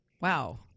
wow